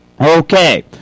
Okay